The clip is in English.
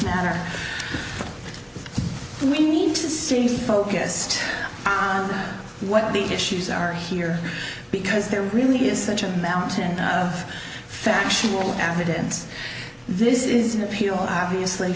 matter we need to stay focused on what the issues are here because there really is such a mountain of factual evidence this is an appeal